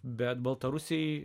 bet baltarusijai